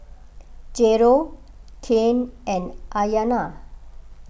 Jairo Cain and Ayana